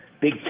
big